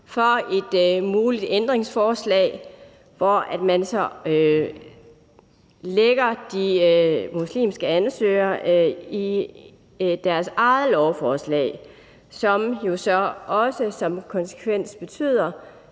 for et muligt ændringsforslag, hvor man så lægger de muslimske ansøgere i deres eget lovforslag, som så også som konsekvens betyder,